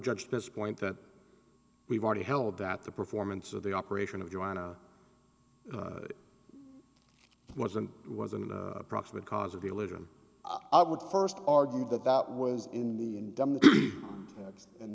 judge this point that we've already held that the performance of the operation of joanna wasn't was an approximate cause of religion i would first argue that that was in the us and